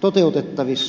toteutettavissa